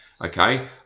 okay